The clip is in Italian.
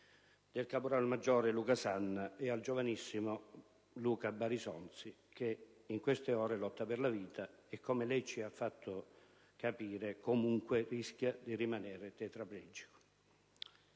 del caporalmaggiore Luca Sanna e al giovanissimo Luca Barisonzi, che in queste ore lotta per la vita e che - come lei ci lasciato intendere - rischia di rimanere tetraplegico.